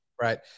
right